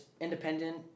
independent